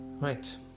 Right